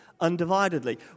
undividedly